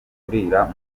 kurira